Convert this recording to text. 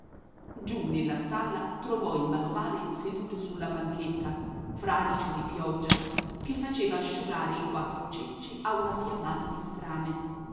giù nella stalla trovò il manovale seduto sulla panchetta fradicio di pioggia che faceva asciugare i quattro cenci a una fiammata di strame